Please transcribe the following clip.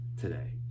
today